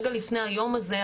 רגע לפני היום הזה,